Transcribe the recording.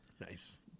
Nice